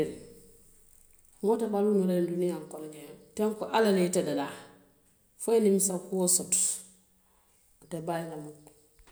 Moo te baluu noo ñiŋ duniyaa kono jaŋ. Tanko ala le ye ite daa fo i ye nimisa kuo soto, a te baayi la muku.